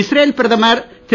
Israel பிரதமர் திரு